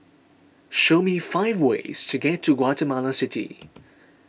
show me five ways to get to Guatemala City